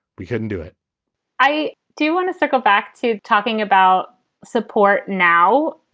we couldn't do it i do want to circle back to talking about support now,